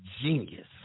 genius